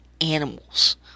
animals